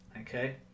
okay